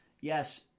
yes